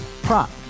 Prop